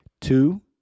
Two